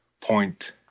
point